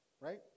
right